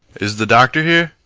is the doctor here?